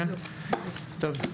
טוב.